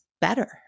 better